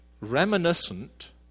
reminiscent